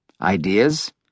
ideas